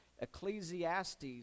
Ecclesiastes